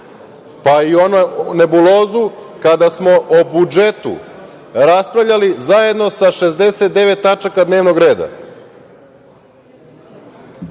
pa i onu nebulozu kada smo o budžetu raspravljali zajedno sa 69 tačaka dnevnog reda.